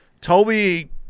Toby